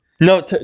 No